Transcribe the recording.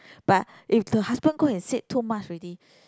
but if the husband go and said too much already